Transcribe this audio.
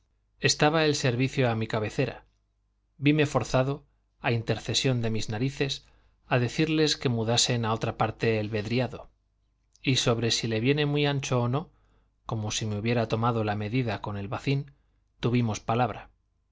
estaba el servicio a mi cabecera vime forzado a intercesión de mis narices a decirles que mudasen a otra parte el vedriado y sobre si le viene muy ancho o no